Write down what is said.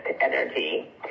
energy